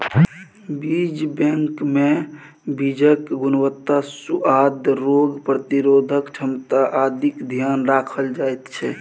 बीज बैंकमे बीजक गुणवत्ता, सुआद, रोग प्रतिरोधक क्षमता आदिक ध्यान राखल जाइत छै